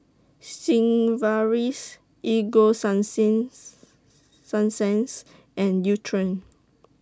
Sigvaris Ego Sunsense Sunsense and Nutren